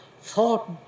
thought